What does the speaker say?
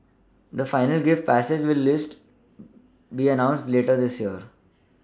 the final gift package list be announced later this year